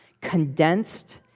condensed